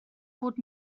fod